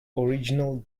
original